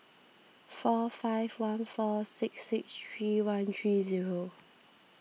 four five one four six six three one three zero